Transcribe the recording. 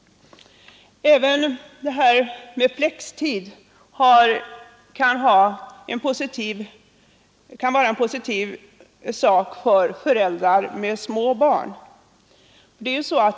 Även flextid kan vara en positiv sak för föräldrar med små barn.